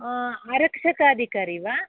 आरक्षकाधिकारी वा